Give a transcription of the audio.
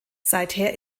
seither